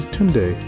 Tunde